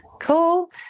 Cool